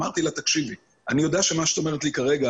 אמרתי לה שאני יודע שמה שהיא אומרת לי כרגע